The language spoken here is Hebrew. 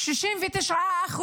69%